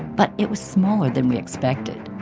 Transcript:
but it was smaller than we expected.